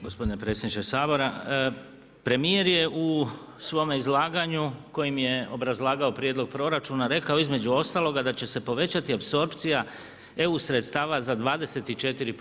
Gospodine predsjedniče Sabora, premijer u svome izlaganju kojim je obrazlagao prijedlog proračuna rekao između ostaloga da će se povećati apsorpcija EU sredstava za 24%